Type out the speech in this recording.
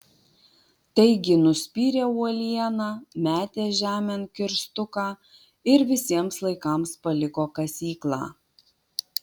taigi nuspyrė uolieną metė žemėn kirstuką ir visiems laikams paliko kasyklą